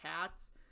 cats